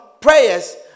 prayers